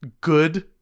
good